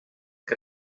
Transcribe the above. que